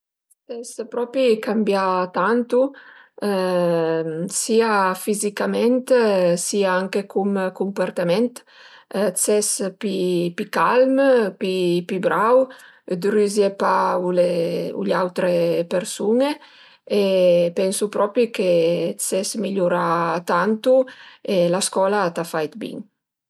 Ses propi cambià tantu, sia fizicament sia anche cum cumpurtament, ses pi calm, pi brau, t'rüzie pa u le autre persun-e e pensu propi che ses migliurà tantu e la scola a t'a fait bin